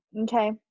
Okay